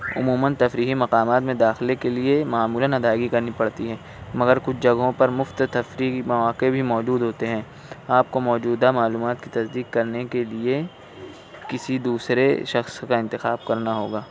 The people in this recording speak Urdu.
عموماً تفریحی مقامات میں داخلے کے لئے معمولاً ادائیگی کرنی پڑتی ہے مگر کچھ جگہوں پر مفت تفریحی مواقع بھی موجود ہوتے ہیں آپ کو موجودہ معلومات کی تصدیق کرنے کے لئے کسی دوسرے شخص کا انتخاب کرنا ہو گا